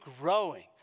growing